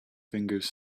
fingers